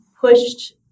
pushed